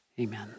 Amen